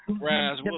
Raz